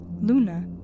Luna